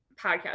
podcast